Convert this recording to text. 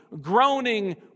groaning